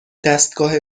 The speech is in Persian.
دستگاه